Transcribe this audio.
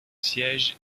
siège